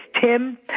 Tim